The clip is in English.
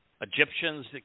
Egyptians